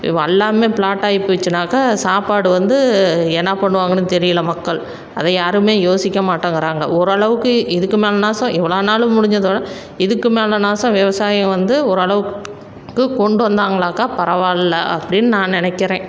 எல்லாமே ப்ளாட்டாகி போச்சுனாக்கா சாப்பாடு வந்து என்ன பண்ணுவாங்கன்னு தெரியலை மக்கள் அதை யாரும் யோசிக்க மாட்டேங்கிறாங்க ஓரளவுக்கு இதுக்கு மேலேனாச்சும் இவ்வளோ நாள் முடிஞ்சதோட இதுக்கு மேலானாச்சும் விவசாயம் வந்து ஓரளவுக்கு கொண்டு வந்தாங்கனாக்கா பரவாயில்ல அப்படின்னு நான் நினைக்கிறேன்